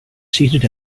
seated